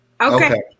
okay